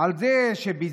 על זה שבזמנו